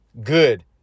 good